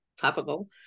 topical